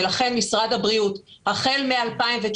נקודת הייחוס של משרד הבריאות החל מ-2019